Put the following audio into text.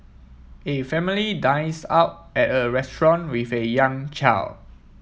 a family dines out at a restaurant with a young child